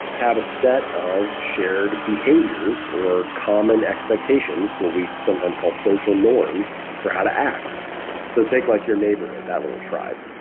have a set of shared behaviors or common expectations, what we sometimes call social norms for how to act so take like your neighborhood, that little tribe.